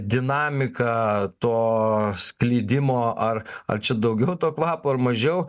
dinamiką to sklidimo ar ar čia daugiau to kvapo ar mažiau